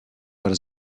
about